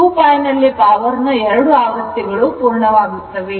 2π ನಲ್ಲಿ ಪವರ್ ನ 2 ಆವೃತ್ತಿಗಳು ಪೂರ್ಣವಾಗುತ್ತವೆ